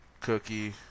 Cookie